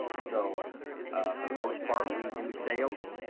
so for the most part we do sales,